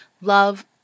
love